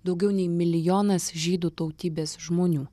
daugiau nei milijonas žydų tautybės žmonių